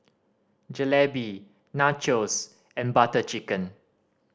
Jalebi Nachos and Butter Chicken